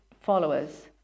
followers